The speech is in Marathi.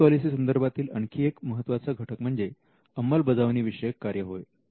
आय पी पॉलिसी संदर्भातील आणखी एक महत्त्वाचा घटक म्हणजे अंमलबजावणी विषयक कार्य होय